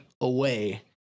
away